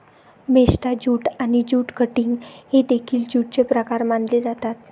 मेस्टा jute आणि jute cutting हे देखील ज्यूटचे प्रकार मानले जातात